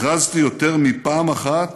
הכרזתי יותר מפעם אחת